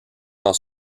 dans